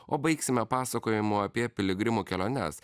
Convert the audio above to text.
o baigsime pasakojimu apie piligrimų keliones